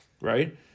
right